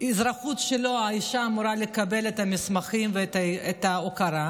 האזרחות שלו האישה אמורה לקבל את המסמכים ואת ההכרה,